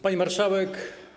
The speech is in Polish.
Pani Marszałek!